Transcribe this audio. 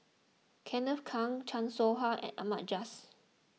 Kenneth Keng Chan Soh Ha and Ahmad Jais